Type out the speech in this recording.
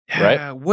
right